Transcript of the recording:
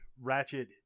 Ratchet